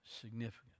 significant